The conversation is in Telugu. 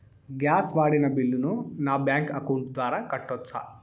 గ్యాస్ వాడిన బిల్లును నా బ్యాంకు అకౌంట్ ద్వారా కట్టొచ్చా?